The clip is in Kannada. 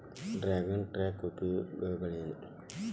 ಡ್ರ್ಯಾಗನ್ ಟ್ಯಾಂಕ್ ಉಪಯೋಗಗಳೆನ್ರಿ?